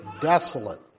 desolate